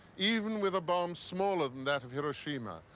even with a bomb smaller than that of hiroshima,